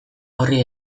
horri